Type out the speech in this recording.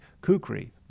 Kukri